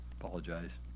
Apologize